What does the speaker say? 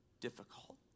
difficult